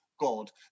God